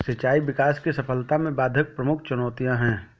सिंचाई विकास की सफलता में बाधक प्रमुख चुनौतियाँ है